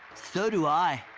so do i.